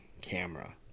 camera